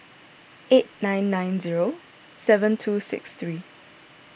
eight nine nine zero seven two six three